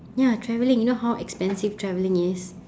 ya traveling you know how expensive traveling is